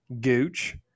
Gooch